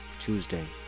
Tuesday